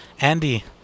Andy